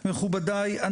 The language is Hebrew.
מכובדיי,